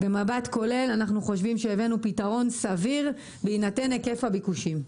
במבט כולל אנחנו חושבים שהבאנו פתרון סביר בהינתן היקף הביקושים.